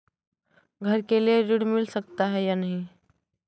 घर के लिए ऋण मिल सकता है या नहीं?